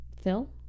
Phil